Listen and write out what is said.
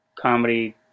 comedy